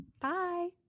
Bye